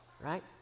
right